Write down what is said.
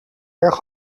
erg